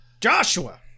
Joshua